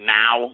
now